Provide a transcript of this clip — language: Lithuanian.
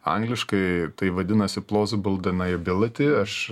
angliškai tai vadinasi plausable deniability aš